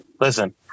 Listen